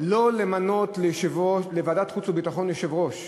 לא למנות לוועדת חוץ וביטחון יושב-ראש,